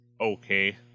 okay